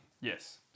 Yes